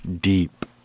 deep